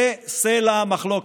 זה סלע המחלוקת.